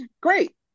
great